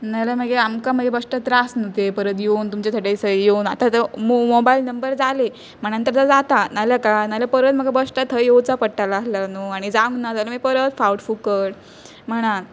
नाल्या मागीर आमकां मागीर बश्टां त्रास न्हू ते परत येवन तुमचे डे थंय येवन आतां तो मो मोबायल नंबर जाले म्हणान तर तां जाता नाल्यार काय नाल्या परत म्हाका बश्टां थंय येवचां पडटालां आसलां न्हू आनी जावंक ना जाल्यार मागीर परत फावट फुकट म्हणान